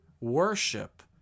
worship